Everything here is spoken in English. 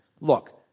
Look